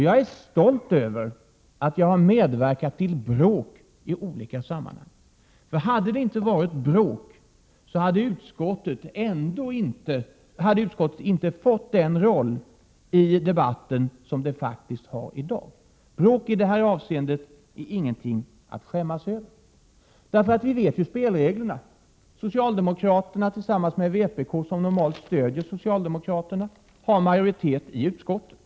Jag är stolt över att jag har medverkat till bråk i olika sammanhang. Om det inte hade förekommit bråk, hade utskottet inte fått den roll som det faktiskt har i dag. Bråk i detta avseende är inget att skämmas för. Vi känner till spelreglerna. Socialdemokraterna har tillsammans med vpk, som normalt stöder socialdemokraterna, majoritet i utskottet.